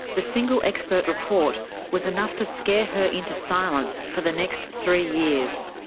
the single expert report was enough to scare her into silence for the next three years.